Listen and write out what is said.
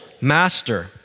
master